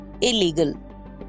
illegal